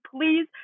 please